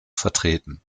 vertreten